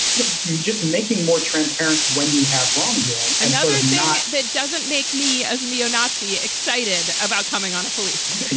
you're just making more transparent when you have wrongdoing. another thing that doesn't make me, as a neo-nazi, excited about coming on a police force,